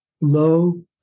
low